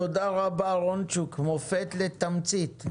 תודה רבה, רונצ'וק, מופת לתמצית.